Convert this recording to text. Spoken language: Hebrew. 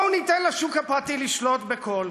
בואו ניתן לשוק הפרטי לשלוט בכול,